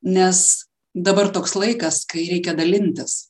nes dabar toks laikas kai reikia dalintis